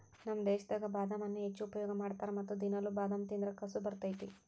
ನಮ್ಮ ದೇಶದಾಗ ಬಾದಾಮನ್ನಾ ಹೆಚ್ಚು ಉಪಯೋಗ ಮಾಡತಾರ ಮತ್ತ ದಿನಾಲು ಬಾದಾಮ ತಿಂದ್ರ ಕಸು ಬರ್ತೈತಿ